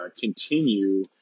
continue